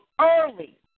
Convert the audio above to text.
early